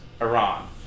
Iran